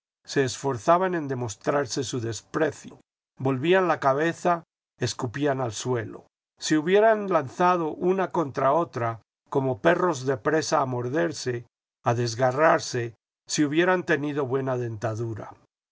se esforzaban en demostrarse su desprecio volvían la cabeza escupían al suelo se hubieran lanzado una contra otra como perros de presa a morderse a desgarrarse si hubieran tenido buena dentadura